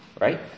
right